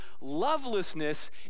Lovelessness